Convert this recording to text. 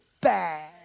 bad